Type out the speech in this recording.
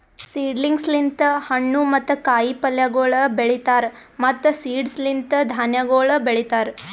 seedlings ಲಿಂತ್ ಹಣ್ಣು ಮತ್ತ ಕಾಯಿ ಪಲ್ಯಗೊಳ್ ಬೆಳೀತಾರ್ ಮತ್ತ್ ಸೀಡ್ಸ್ ಲಿಂತ್ ಧಾನ್ಯಗೊಳ್ ಬೆಳಿತಾರ್